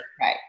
Right